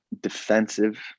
defensive